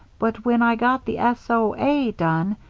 but when i got the s o a done,